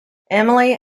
emily